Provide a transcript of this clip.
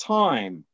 time